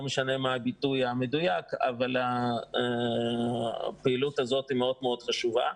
לא משנה מה הביטוי המדויק אבל הפעילות הזאת מאוד מאוד חשובה.